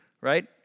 Right